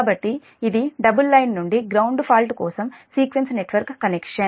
కాబట్టి ఇది double line నుండి గ్రౌండ్ ఫాల్ట్ కోసం సీక్వెన్స్ నెట్వర్క్ కనెక్షన్